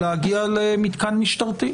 להגיע למתקן משטרתי,